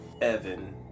Evan